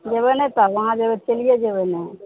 जेबय नहि तब अहाँ जेबै तऽ चलिए जेबै नहि